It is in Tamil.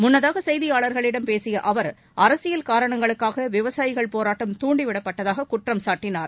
முன்னதாக செய்தியாளர்களிடம் பேசிய அவர் அரசியல் காரணங்களுக்காக விவசாயிகள் போராட்டம் தாண்டி விடப்பட்டதாக குற்றம் சாட்டினார்